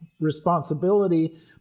responsibility